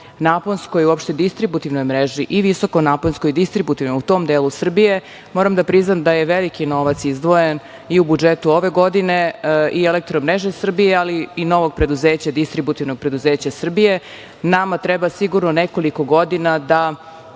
visokonaponskoj, uopšte distributivnoj mreži i visokonaponskoj distributivnoj u tom delu Srbije, moram da priznam da je veliki novac izdvojen i u budžetu ove godine i „Elektromreže Srbije“, ali i novo preduzeće, distributivno preduzeće Srbije. Nama treba sigurno nekoliko godina da